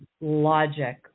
logic